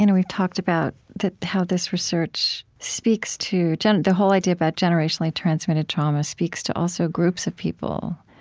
you know we've talked about how this research speaks to to and the whole idea about generationally transmitted trauma speaks to, also, groups of people.